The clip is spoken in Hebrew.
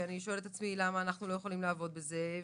ואני שואלת את עצמי למה אנחנו לא יכולים לעבוד בזה.